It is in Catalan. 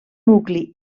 nucli